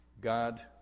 God